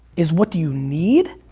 is what do you need,